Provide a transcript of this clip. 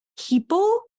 people